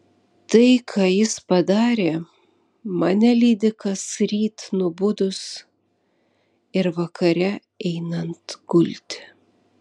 tai ką jis padarė mane lydi kasryt nubudus ir vakare einant gulti